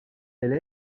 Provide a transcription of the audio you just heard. elle